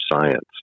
science